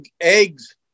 eggs